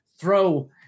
throw